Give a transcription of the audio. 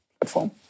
platform